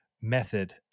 method